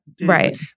Right